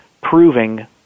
proving